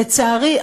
לצערי,